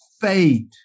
Faith